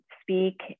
speak